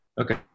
Okay